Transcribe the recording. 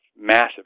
massive